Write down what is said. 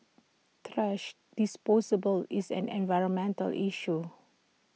thrash disposal is an environmental issue